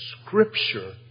scripture